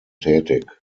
tätig